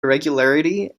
irregularity